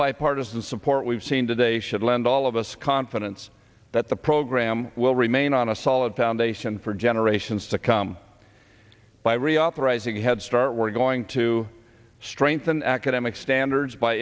bipartisan support we've seen today should lend all of us confidence that the program will remain on a solid foundation for generations to come by reauthorizing headstart we're going to strengthen academic standards by